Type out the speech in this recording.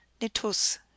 Nitus